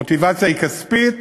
המוטיבציה היא כספית,